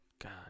God